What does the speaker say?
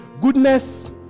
Goodness